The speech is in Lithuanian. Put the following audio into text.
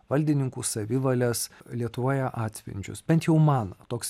valdininkų savivalės lietuvoje atspindžius bent jau man toks